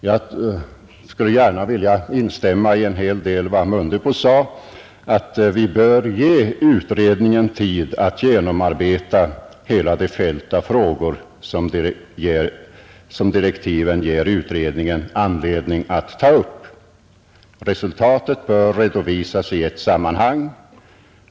Jag skulle gärna vilja instämma i en hel del av vad herr Mundebo sade, bl.a. i att vi bör lämna utredningen tid att genomarbeta hela det fält av frågor som direktiven ger utredningen anledning att ta upp. Resultatet bör redovisas i ett sammanhang.